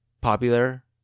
popular